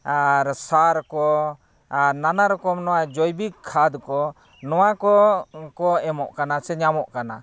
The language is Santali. ᱟᱨ ᱥᱟᱨ ᱠᱚ ᱟᱨ ᱱᱟᱱᱟ ᱨᱚᱠᱚᱢ ᱱᱚᱣᱟ ᱡᱚᱭᱵᱤᱠ ᱠᱷᱟᱫ ᱠᱚ ᱱᱚᱣᱟ ᱠᱚ ᱮᱢᱚᱜ ᱠᱟᱱᱟ ᱥᱮ ᱧᱟᱢᱚᱜ ᱠᱟᱱᱟ